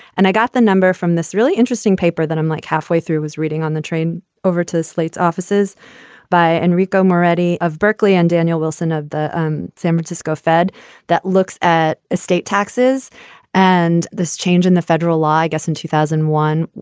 and i got the number from this really interesting paper that i'm like halfway through was reading on the train over to slate's offices by enrico moretti of berkeley and daniel wilson of the um san francisco fed that looks at estate taxes and this change in the federal law i guess in two thousand and one,